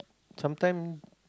sometime